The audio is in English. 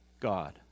God